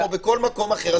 כמו בכל מקום אחר,